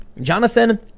Jonathan